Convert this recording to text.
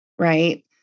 Right